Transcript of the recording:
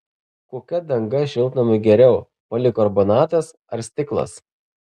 kokia danga šiltnamiui geriau polikarbonatas ar stiklas